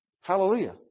Hallelujah